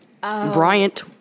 Bryant